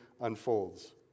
unfolds